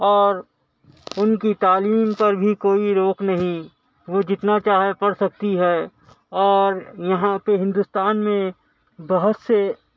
اور ان کی تعلیم پر بھی کوئی روک نہیں وہ جتنا چاہے پڑھ سکتی ہے اور یہاں پہ ہندوستان میں بہت سے